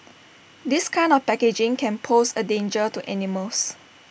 this kind of packaging can pose A danger to animals